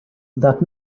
that